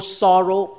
sorrow